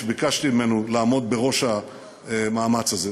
שביקשתי ממנו לעמוד בראש המאמץ הזה,